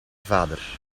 vader